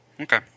Okay